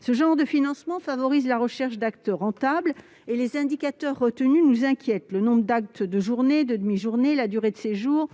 Ce type de financement favorise la recherche d'actes rentables. À cet égard, les indicateurs retenus nous inquiètent : le nombre d'actes, de journées, de demi-journées, la durée du séjour,